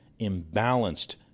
imbalanced